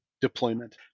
deployment